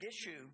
issue